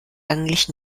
eigentlich